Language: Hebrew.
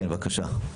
כן, בבקשה.